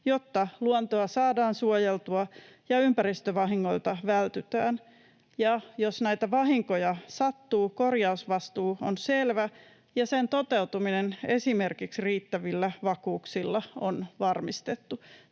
jotta luontoa saadaan suojeltua ja ympäristövahingoilta vältytään ja jos näitä vahinkoja sattuu, korjausvastuu on selvä ja sen toteutuminen esimerkiksi riittävillä vakuuksilla on varmistettu.